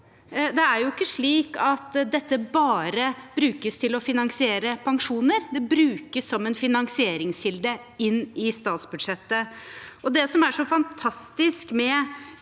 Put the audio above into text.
Det er ikke slik at dette bare brukes til å finansiere pensjoner, det brukes som en finansieringskilde inn i statsbudsjettet. Det som er så fantastisk med